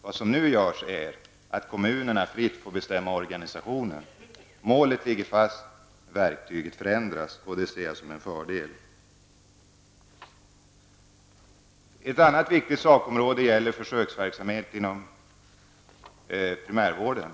Vad som nu sker är att kommunerna fritt får bestämma organisationen. Målet ligger fast, men verktyget förändras, och det ser jag som en fördel. Ett annat viktigt sakområde är försöksverksamheten inom primärvården.